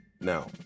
Now